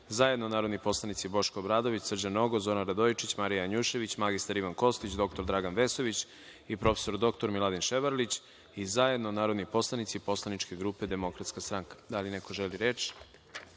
zajedno narodni poslanici Boško Obradović, Srđan Nogo, Zoran Radojičić, Marija Janjušević, mr Ivan Kostić, dr Dragan Vesović i prof. dr Miladin Ševarlić i zajedno narodni poslanici Poslaničke grupe Demokratska stranka. Reč ima narodni